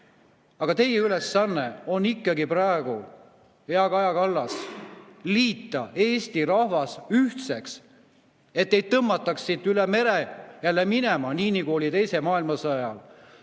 Aga teie ülesanne on ikkagi praegu, hea Kaja Kallas, liita Eesti rahvas ühtseks, et ei tõmmataks siit üle mere jälle minema, nii nagu oli teise maailmasõja ajal.